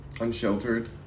unsheltered